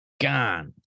Gone